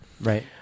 Right